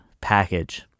package